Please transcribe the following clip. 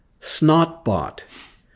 Snotbot